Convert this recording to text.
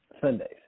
Sundays